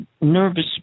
nervous